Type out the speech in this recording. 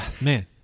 man